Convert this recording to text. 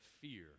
fear